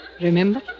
remember